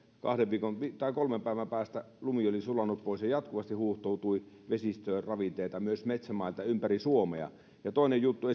kolmen päivän päästä lumi oli sulanut pois ja jatkuvasti huuhtoutui vesistöön ravinteita myös metsämailta ympäri suomea ja toinen juttu